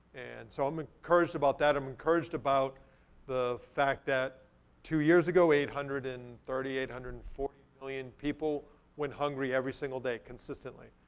and so i'm encouraged about that. i'm encouraged about the fact that two years ago, eight hundred and thirty, eight hundred and forty million people went hungry every single day consistently.